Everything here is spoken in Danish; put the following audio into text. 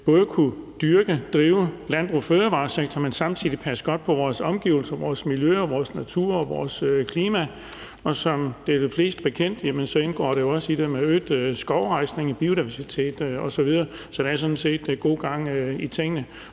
både kunne drive en landbrugs- og fødevaresektor og samtidig passe godt på vores omgivelser, vores miljø, vores natur og vores klima. Som det er de fleste bekendt, indgår der jo også i det øget skovrejsning, biodiversitet osv. Så der er sådan set god gang i tingene,